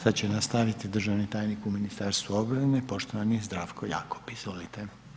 Sada će nastaviti državni tajnik u Ministarstvu obrane, poštovani Zdravko Jakop, izvolite.